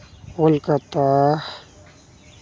Kolkata